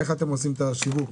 איך אתם עושים את השיווק?